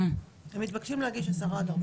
הם מתבקשים להגיש 10 עד 14 יום.